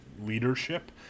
leadership